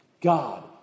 God